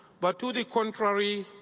but to the contrary,